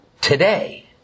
today